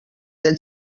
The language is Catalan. del